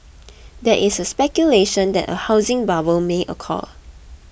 there is speculation that a housing bubble may occur